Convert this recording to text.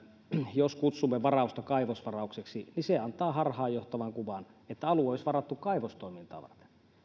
jos kutsumme varausta kaivosvaraukseksi niin se antaa harhaanjohtavan kuvan että alue olisi varattu kaivostoimintaa varten